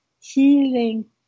healing